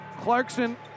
Clarkson